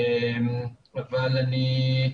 אבל אני,